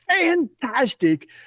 fantastic